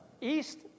east